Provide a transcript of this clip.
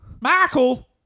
Michael